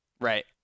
Right